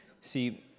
See